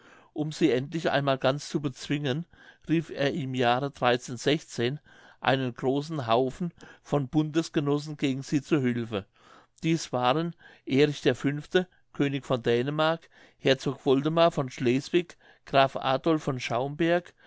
um sie endlich einmal ganz zu bezwingen rief er im jahre einen großen haufen von bundesgenossen gegen sie zu hülfe dieß waren erich der fünfte könig von dänemark herzog woldemar von schleswig graf adolph von schaumburg